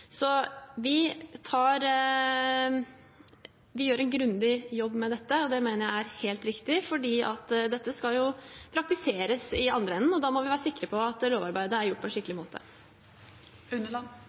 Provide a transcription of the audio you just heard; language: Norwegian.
Vi gjør en grundig jobb med dette, og det mener jeg er helt riktig, for dette skal jo praktiseres i andre enden, og da må vi være sikre på at lovarbeidet er gjort på en